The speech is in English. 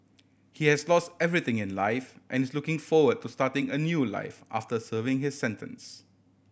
he has lost everything in life and is looking forward to starting a new life after serving his sentence